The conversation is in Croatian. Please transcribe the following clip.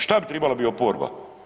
Šta bi tribala bit oporba?